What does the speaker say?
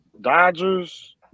Dodgers